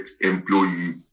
employee